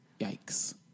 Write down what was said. Yikes